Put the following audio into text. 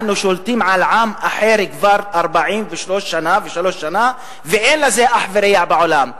אנו שולטים על עם אחר כבר 43 שנה ואין לזה אח ורע בעולם.